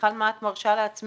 בכלל מה את מרשה לעצמך